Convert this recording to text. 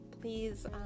please